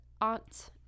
Aunt